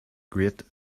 great